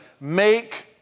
make